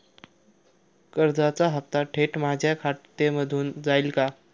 कर्जाचा हप्ता थेट माझ्या खात्यामधून जाईल का?